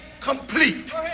complete